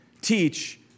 teach